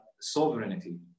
sovereignty